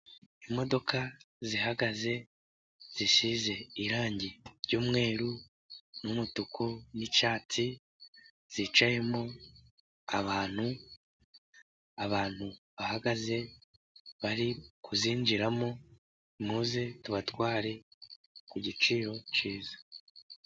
Imodoka zihagaze zisize irangi ry'umweru n'umutuku n'icyatsi ,zicayemo abantu, abantu bahagaze bari kuzinjiramo, muze tubatware ku giciro cyiza.